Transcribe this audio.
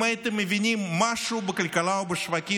אם הייתם מבינים משהו בכלכלה ובשווקים,